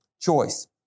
Choice